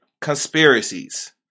conspiracies